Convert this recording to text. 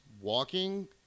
walking